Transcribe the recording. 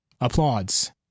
Applauds